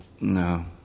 No